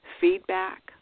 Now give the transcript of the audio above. feedback